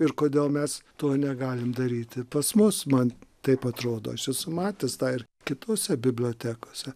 ir kodėl mes to negalim daryti pas mus man taip atrodo aš esu matęs tą ir kitose bibliotekose